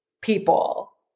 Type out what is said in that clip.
people